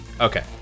Okay